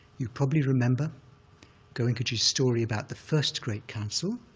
you probably remember goenkaji's story about the first great council